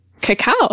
cacao